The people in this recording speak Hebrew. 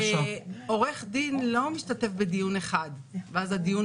עורך דין לא משתתף בדיון אחד ואז הדיון